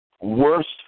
worst